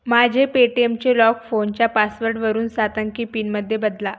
माझे पेटीएमचे लॉक फोनच्या पासवर्डवरून सात अंकी पिनमधे बदला